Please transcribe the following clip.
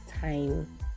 time